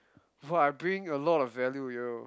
!wah! I bring a lot of value yo